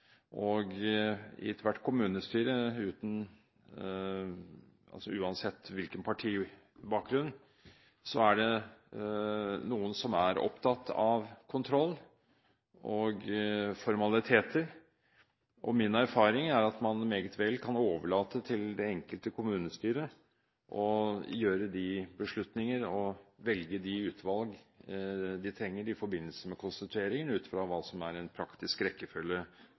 I ethvert kommunestyre er det, uansett partibakgrunn, noen som er opptatt av kontroll og formaliteter. Min erfaring er at man meget vel kan overlate til det enkelte kommunestyre å gjøre de beslutninger og velge de utvalg de trenger i forbindelse med konstituering, ut fra hva som er en praktisk rekkefølge